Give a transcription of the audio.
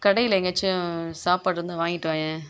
கடையில எங்கேயாச்சும் சாப்பாடு இருந்தால் வாங்கிட்டு வாயேன்